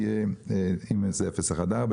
014,